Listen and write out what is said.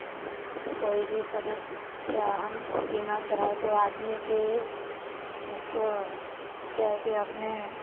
कोई भी सदस्य या हम बीमा कराएँ तो आदमी के उसको क्या है कि अपने